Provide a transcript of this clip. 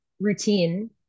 routine